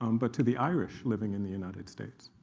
um but to the irish living in the united states.